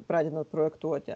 pradedant projektuoti